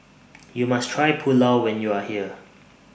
YOU must Try Pulao when YOU Are here